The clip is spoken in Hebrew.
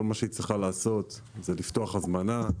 כל מה שהיא צריכה לעשות זה לפתוח הזמנה,